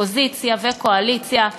אופוזיציה וקואליציה,